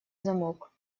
замок